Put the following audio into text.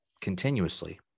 continuously